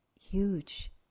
huge